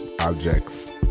objects